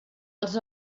els